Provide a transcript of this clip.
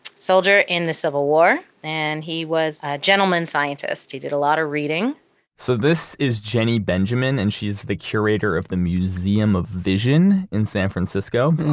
soldier in the civil war, and he was a gentleman scientist. he did a lot of reading so this is jenny benjamin and she's the curator of the museum of vision in san francisco.